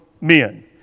men